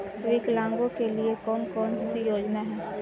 विकलांगों के लिए कौन कौनसी योजना है?